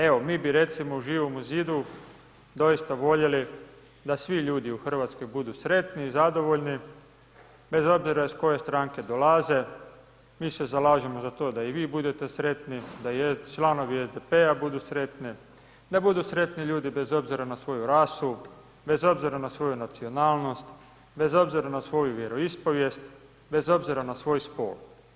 Evo, mi bi recimo u Živomu zidu doista voljeli da svi ljudi u Hrvatskoj budu sretni i zadovoljni bez obzira iz koje stranke dolaze, mi se zalažemo za to da i vi budete sretni, da i članovi SDP-a budu sretni, da budu sretni ljudi bez obzira na svoju rasu, bez obzira na svoju nacionalnost, bez obzira na svoju vjeroispovijest, bez obzira na svoj spol.